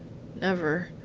never.